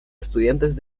estudiantes